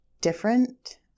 different